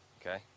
Okay